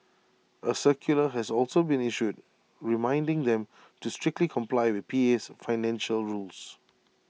A circular has also been issued reminding them to strictly comply with PA's financial rules